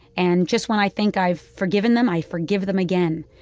and just when i think i've forgiven them, i forgive them again,